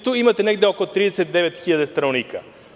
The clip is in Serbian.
Tu imate negde oko 39 hiljada stanovnika.